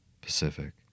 Pacific